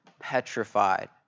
petrified